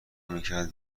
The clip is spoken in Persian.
میکرد